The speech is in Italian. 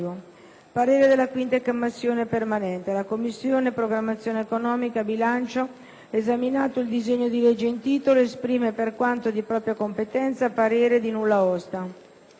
parere non ostativo». «La Commissione programmazione economica, bilancio, esaminato il disegno di legge in titolo, esprime, per quanto di propria competenza, parere di nulla osta».